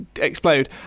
explode